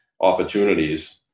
opportunities